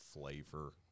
flavor